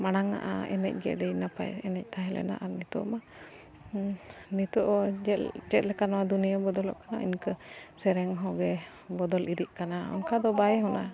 ᱢᱟᱲᱟᱝᱼᱟ ᱮᱱᱮᱡ ᱜᱮ ᱟᱹᱰᱤ ᱱᱟᱯᱟᱭ ᱮᱱᱮᱡ ᱛᱟᱦᱮᱸ ᱞᱮᱱᱟ ᱟᱨ ᱱᱤᱛᱳᱜ ᱢᱟ ᱱᱤᱛᱳᱜ ᱪᱮᱫ ᱞᱮᱠᱟ ᱱᱚᱣᱟ ᱫᱩᱱᱭᱟᱹ ᱵᱚᱫᱚᱞᱚᱜ ᱠᱟᱱᱟ ᱤᱱᱠᱟᱹ ᱥᱮᱨᱮᱧ ᱦᱚᱸ ᱜᱮ ᱵᱚᱫᱚᱞ ᱤᱫᱤᱜ ᱠᱟᱱᱟ ᱚᱱᱠᱟ ᱫᱚ ᱵᱟᱭ ᱦᱩᱱᱟ